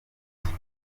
cyose